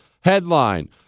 Headline